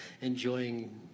enjoying